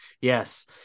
Yes